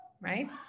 right